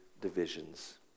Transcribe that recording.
divisions